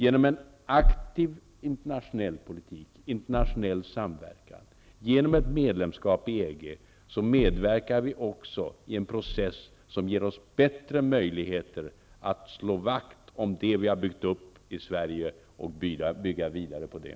Genom en aktiv internationell politik, genom internationell samverkan och genom ett medlemskap i EG medverkar vi också i en process som ger oss bättre möjligheter att slå vakt om det vi har byggt upp i Sverige och bygga vidare på det.